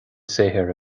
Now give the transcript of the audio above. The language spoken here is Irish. saothar